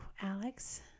Alex